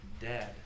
dead